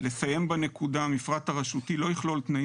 לסיים בנקודה "המפרט הרשותי לא יכלול תנאים